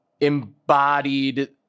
embodied